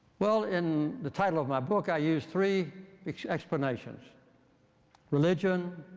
well, in the title of my book, i use three explanations religion,